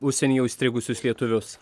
užsieny jau įstrigusius lietuvius